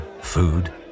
food